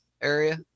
area